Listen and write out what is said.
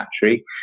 battery